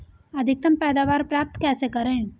अधिकतम पैदावार प्राप्त कैसे करें?